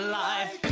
life